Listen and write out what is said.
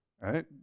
right